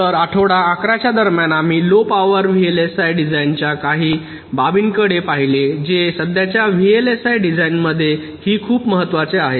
तर आठवड्या 11 च्या दरम्यान आम्ही लो पॉवर व्हीएलएसआय डिझाइनच्या काही बाबींकडे पाहिले जे सध्याच्या व्हीएलएसआय डिझाइनमध्येही खूप महत्वाचे आहे